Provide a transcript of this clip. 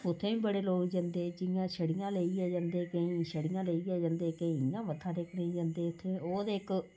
उत्थें बी बड़े लोक जंदे जियां छड़ियां लेइयै जंदे केईं छड़ियां लेइयै जंदे केईं इ'यां मत्था टेकने गी जंदे उत्थें ओह् ते इक